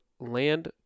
land